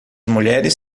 mulheres